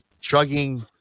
chugging